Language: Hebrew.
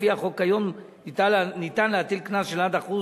לפי החוק כיום ניתן להטיל קנס של עד 1%